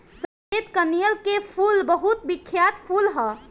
सफेद कनईल के फूल बहुत बिख्यात फूल ह